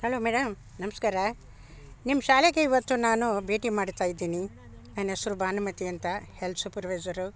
hello madam ನಮಸ್ಕಾರ ನಿಮ್ಮ ಶಾಲೆಗೆ ಇವತ್ತು ನಾನು ಭೇಟಿ ಮಾಡ್ತಾಯಿದ್ದೀನಿ ನನ್ನೆಸ್ರು ಭಾನುಮತಿ ಅಂತ ಹೆಲ್ತ್ ಸೂಪರ್ ವೈಸರು